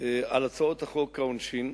על הצעות חוק העונשין,